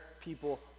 people